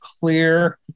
clear